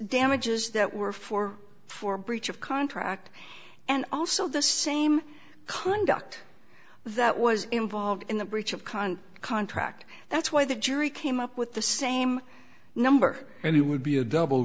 damages that were for for breach of contract and also the same conduct that was involved in the breach of con contract that's why the jury came up with the same number and it would be a double